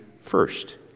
first